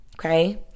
okay